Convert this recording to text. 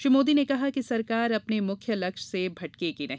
श्री मोदी ने कहा कि सरकार अपने मुख्य लक्ष्य से भटकेगी नहीं